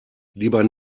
lieber